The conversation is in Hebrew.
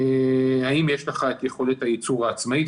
האם יש לך את יכולת הייצור העצמית,